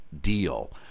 deal